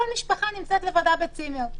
כל משפחה נמצאת לבדה בצימר.